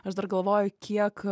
aš dar galvoju kiek